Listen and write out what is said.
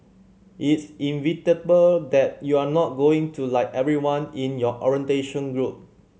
it's inevitable that you're not going to like everyone in your orientation group